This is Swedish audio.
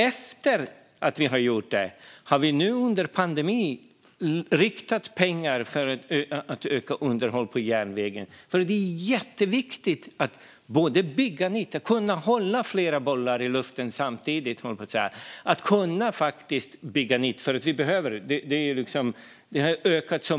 Efter beslutet har vi under pandemin riktat pengar till ökat underhåll på järnväg. Det är jätteviktigt att bygga nytt. Mängden rörelse på järnvägen har ökat så mycket att det behövs ny kapacitet.